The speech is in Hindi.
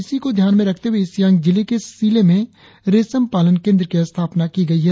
इसी को ध्यान में रखते हुए ईस्ट सियांग जिले के सिले में रेशम पालन केंद्र की स्थापना की गई है